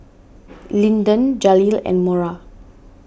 Linden Jaleel and Mora